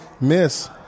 miss